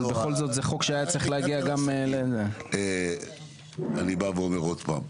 אבל בכל זאת זה חוק שהיה צריך להגיע גם --- אני בא ואומר עוד פעם,